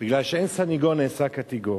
מכיוון שאין סניגור נעשה קטיגור.